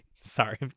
sorry